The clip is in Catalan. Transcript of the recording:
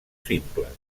simples